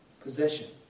Possession